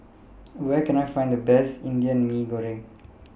Where Can I Find The Best Indian Mee Goreng